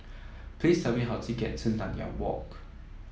please tell me how to get to Nanyang Walk